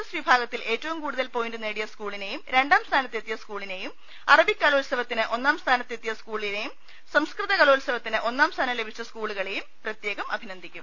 S വിഭാഗത്തിൽ ഏറ്റവും കൂടു തൽ പോയിന്റ് നേടിയ സ്കൂളിനെയും രണ്ടാം സ്ഥാനത്ത് എത്തിയ സ്കൂ ളിനെയും അറബിക്ക് കലോത്സവത്തിന് ഒന്നാം സ്ഥാനത്ത് എത്തിയ സ്കൂ ളുകളെയും സംസ്കൃതോത്സവത്തിന് ഒന്നാം സ്ഥാനം ലഭിച്ച സ്കൂളുകളെ ട യും പ്രത്യേകം അഭിനന്ദിക്കും